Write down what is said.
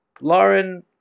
Lauren